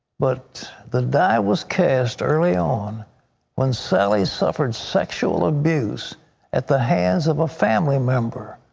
but the dye was cast early on when sallie suffered sexual abuse at the hands of a family member.